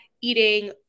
eating